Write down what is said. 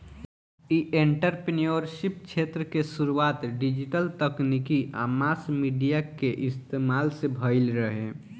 इ एंटरप्रेन्योरशिप क्षेत्र के शुरुआत डिजिटल तकनीक आ मास मीडिया के इस्तमाल से भईल रहे